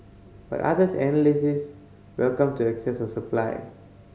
but others analysts welcomed the excess supply